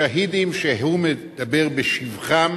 השהידים, שהוא מדבר בשבחם,